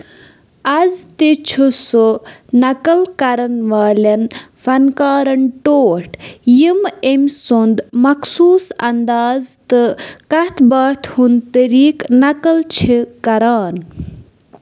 آز تہِ چھِ سُہ نقٕل کَرَن والٮ۪ن فنکارن ٹوٹھ یِم أمۍ سُنٛد مخصوٗص انداز تہٕ کَتھ باتھِ ہُنٛد طریٖقہٕ نقٕل چھِ کَران